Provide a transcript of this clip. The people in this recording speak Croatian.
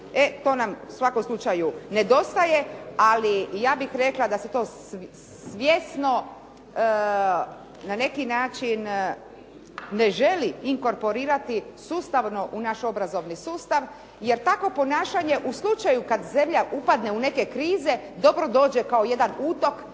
to nam u svakom slučaju nedostaje, ali ja bih rekla da se to svjesno na neki način ne želi inkorporirati sustavno u naš obrazovni sustav jer takvo ponašanje u slučaju kad zemlja upadne u neke krize dobro dođe kao jedan utok